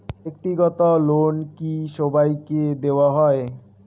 ব্যাক্তিগত লোন কি সবাইকে দেওয়া হয়?